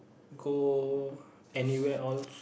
go anywhere all